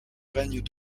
règne